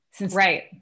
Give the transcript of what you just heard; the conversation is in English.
Right